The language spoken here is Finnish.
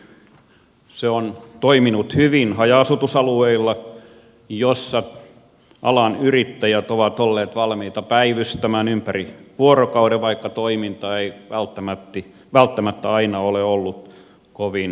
erityisesti se on toiminut hyvin haja asutusalueilla missä alan yrittäjät ovat olleet valmiita päivystämään ympäri vuorokauden vaikka toiminta ei välttämättä aina ole ollut kovin kannattavaa